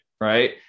right